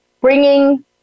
Bringing